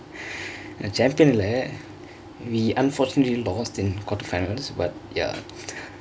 நா:naa champion இல்ல:illa we unfortunately in lost in the quarterfinals but